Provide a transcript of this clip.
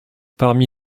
parmi